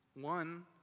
one